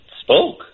spoke